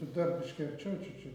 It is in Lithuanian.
dar biškį arčiau čiut čiut